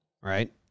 Right